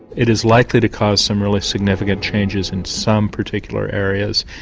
it is likely to cause some really significant changes in some particular areas,